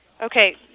Okay